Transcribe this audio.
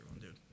dude